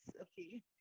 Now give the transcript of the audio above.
okay